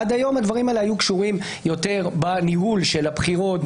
עד היום הדברים האלה היו קשורים יותר בניהול של הבחירות,